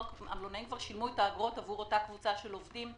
המלונאים כבר שילמו את האגרות עבור אותה קבוצה של עובדים.